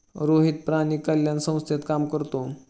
रोहित प्राणी कल्याण संस्थेत काम करतो